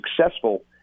successful